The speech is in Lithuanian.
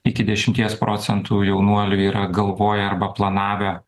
iki dešimties procentų jaunuolių yra galvoję arba planavę